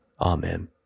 Amen